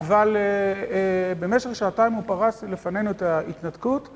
אבל במשך שעתיים הוא פרס לפנינו את ההתנתקות.